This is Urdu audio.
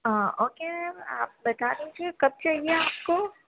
ہاں اوکے میم آپ بتا دیجیے کب چاہیے آپ کو